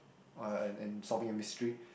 uh and and solving a mystery